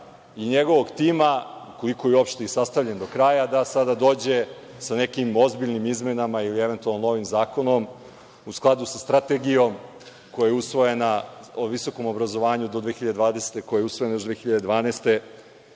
i njegovog tima, ukoliko je i uopšte sastavljen do kraja, da sada dođe sa nekim ozbiljnim izmenama ili eventualno novim zakonom u skladu sa Strategijom o visokom obrazovanju do 2020. godine, koja je usvojena još 2012.